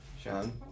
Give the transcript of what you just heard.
Sean